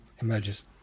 emerges